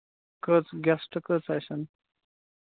کٔژ گیسٹ کٔژ آسیٚن